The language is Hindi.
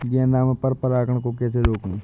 गेंदा में पर परागन को कैसे रोकुं?